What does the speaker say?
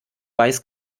weiß